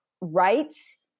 rights